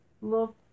look